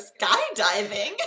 skydiving